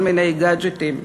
כל מיני גאדג'טים,